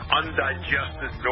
undigested